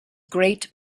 great